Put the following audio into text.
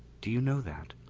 do you know that?